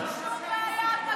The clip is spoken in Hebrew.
איתך אין לנו שום בעיה,